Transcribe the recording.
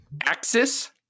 Axis